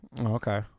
Okay